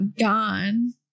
gone